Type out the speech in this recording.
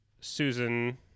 Susan